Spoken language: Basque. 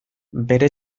bere